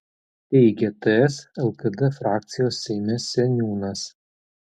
teigia ts lkd frakcijos seime seniūnas